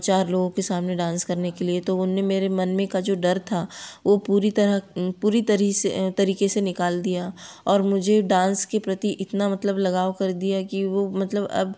चार लोगों के सामने डांस करने के लिए उन्होंने मेरे मन में का जो डर था वो पूरी तरह से पूरी तरीक़े से निकाल दिया और मुझे डांस के प्रति इतना मतलब लगाव कर दिया कि वो मतलब अब